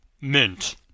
Mint